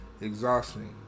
exhausting